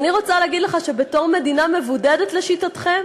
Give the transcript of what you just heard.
אני רוצה להגיד לך, שבתור מדינה מבודדת, לשיטתכם,